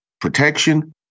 protection